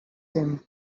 him